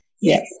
yes